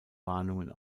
warnungen